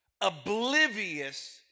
oblivious